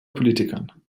politikern